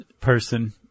person